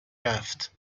رفت